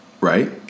right